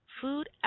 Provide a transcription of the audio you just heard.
Food